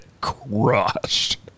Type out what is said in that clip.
crushed